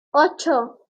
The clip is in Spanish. ocho